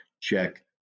Check